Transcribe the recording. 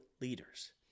leaders